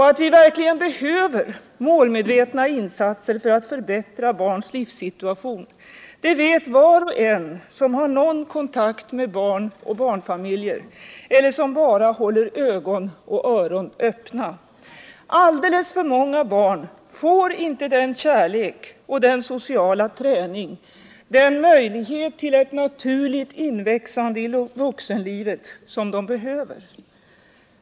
Att vi verkligen behöver målmedvetna insatser för att förbättra barns livssituation vet var och en som har någon kontakt med barn och barnfamiljer eller bara håller ögon och öron öppna. Alltför många barn får inte den kärlek och sociala träning, den möjlighet till ett naturligt inväxande i vuxenlivet som de behöver.